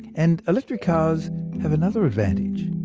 and electric cars have another advantage.